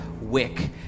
Wick